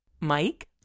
Mike